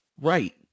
Right